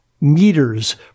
meters